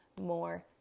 more